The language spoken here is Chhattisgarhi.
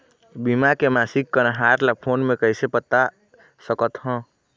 बीमा के मासिक कन्हार ला फ़ोन मे कइसे पता सकत ह?